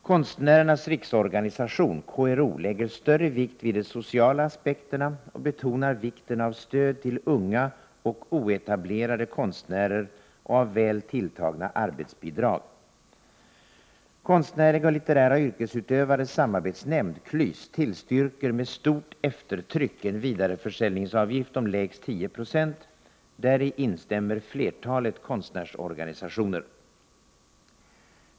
Konstnärernas riksorganisation, KRO, lägger större vikt vid de sociala aspekterna och betonar vikten av stöd till unga och oetablerade konstnärer och av väl tilltagna arbetsbidrag. Konstnärliga och litterära yrkesutövares samarbetsnämnd, KLYS, tillstyrker ”med stort eftertryck” en vidareförsäljningsavgift om lägst 10 96. Däri instämmer flertalet konstnärsorganisationer.